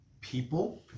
people